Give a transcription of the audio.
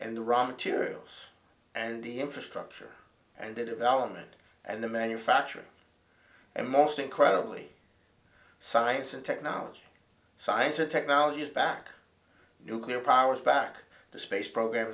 and the raw materials and the infrastructure and the development and the manufacturing and most incredibly science and technology science and technology is back nuclear powers back to space